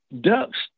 ducks